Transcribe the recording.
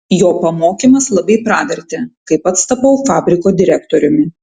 jo pamokymas labai pravertė kai pats tapau fabriko direktoriumi